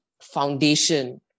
foundation